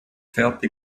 fertig